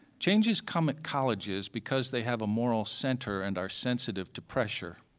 changes come at colleges because they have a moral center and are sensitive to pressure.